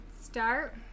start